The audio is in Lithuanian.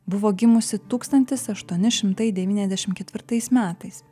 buvo gimusi tūkstantis aštuoni šimtai devyniasdešimt ketvirtais metais